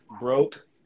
broke